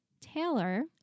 Taylor